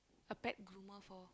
a pet groomer for